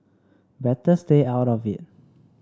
better stay out of it